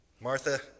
Martha